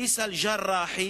בן עיסא אלג'ראחי,